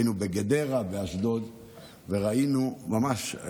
היינו בגדרה ובאשדוד וראינו ממש,